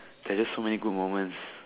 there's so many good moments